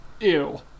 Ew